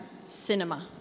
cinema